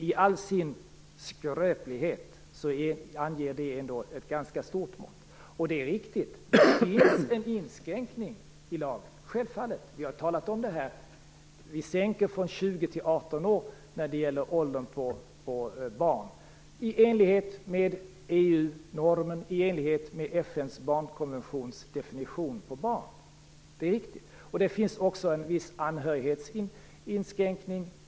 I all sin skröplighet anger det ändå ett ganska stort mått. Det är riktigt att det finns en inskränkning i lagen. Vi har talat om att vi sänker åldern på barn från 20 till 18 år, i enlighet med EU-normen och med FN:s barnkonventions definition av barn. Det finns också en viss anhörighetsinskränkning.